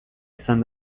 izan